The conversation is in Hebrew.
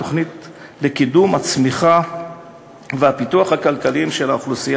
התוכנית לקידום הצמיחה והפיתוח הכלכליים של האוכלוסייה